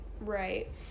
Right